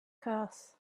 curse